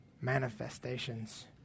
manifestations